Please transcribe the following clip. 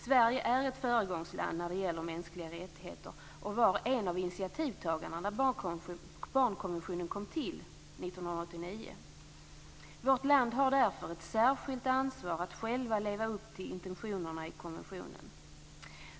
Sverige är ett föregångsland när det gäller mänskliga rättigheter och var en av initiativtagarna när barnkonventionen kom till 1989. Vårt land har därför ett särskilt ansvar att självt leva upp till intentionerna i konventionen.